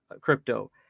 crypto